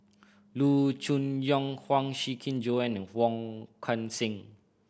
Loo Choon Yong Huang Shiqi Joan and Wong Kan Seng